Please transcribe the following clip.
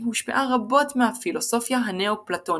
הושפעה רבות מהפילוסופיה הנאופלטונית,